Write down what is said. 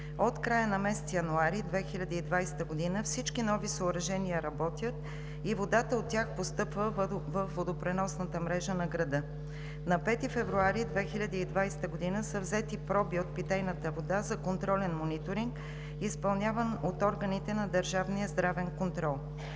От края на месец януари 2020 г. всички нови съоръжения работят и водата от тях постъпва във водопреносната мрежа на града. На 5 февруари 2020 г. са взети проби от питейната вода за контролен мониторинг, изпълняван от органите на държавния здравен контрол.